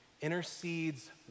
intercedes